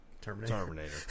Terminator